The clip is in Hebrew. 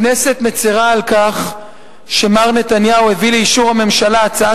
הכנסת מצרה על כך שמר נתניהו הביא לאישור הממשלה הצעה